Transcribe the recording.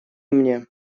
мне